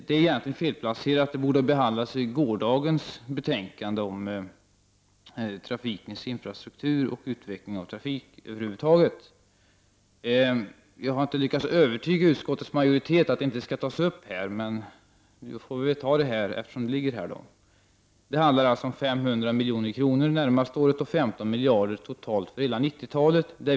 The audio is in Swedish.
Detta borde ha behandlats vid gårdagens debatt vid behandlingen av trafikens infrastruktur och utvecklingen av trafiken över huvud taget. Jag har emellertid inte lyckats övertyga utskottets majoritet om att det inte skall tas upp i denna debatt. Men nu skall alltså detta tas upp i dagens debatt. Det handlar alltså om 500 milj.kr. under det närmaste året och 15 miljarder kronor totalt för hela 90-talet.